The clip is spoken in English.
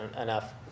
enough